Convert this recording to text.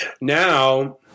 Now